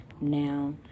now